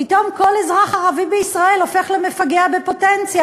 פתאום כל אזרח ערבי בישראל הופך למפגע בפוטנציה,